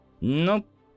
Nope